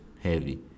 heavy